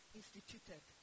instituted